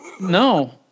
No